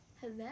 Hello